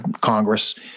Congress